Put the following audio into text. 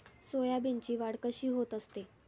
सोयाबीनची वाढ कशी होत असते?